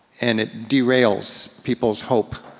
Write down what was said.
and it derails people's hope.